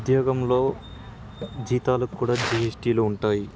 ఉద్యోగంలో జీతాలకు కూడా జిఎస్టీలు ఉంటాయి